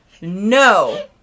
no